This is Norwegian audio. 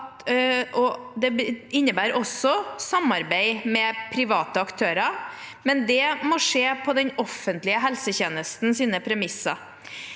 Det innebærer også å samarbeide med private aktører, men det må skje på den offentlige helsetjenestens premisser.